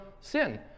Sin